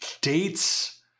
dates